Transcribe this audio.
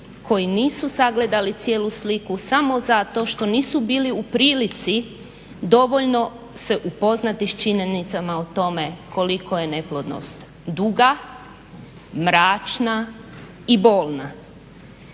koji nisu sagledali cijelu sliku samo zato što nisu bili u prilici dovoljno se upoznati s činjenicama o tome koliko je neplodnost duga, mračna i bolna.